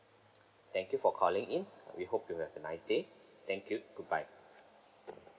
thank you for calling in we hope you have a nice day thank you goodbye